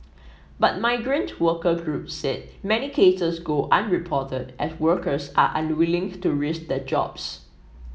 but migrant worker groups said many cases go unreported as workers are unwilling to risk their jobs